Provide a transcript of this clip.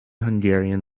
hungarian